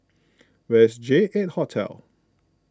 where is J eight Hotel